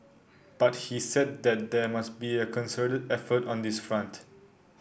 but he said that there must be a concerted effort on this front